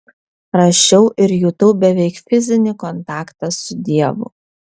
rašiau ir jutau beveik fizinį kontaktą su dievu